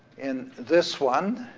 in this one.